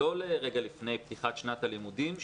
לא רגע לפני פתיחת שנת הלימודים,